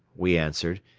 we answered.